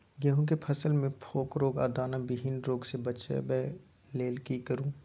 गेहूं के फसल मे फोक रोग आ दाना विहीन रोग सॅ बचबय लेल की करू?